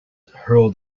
hurled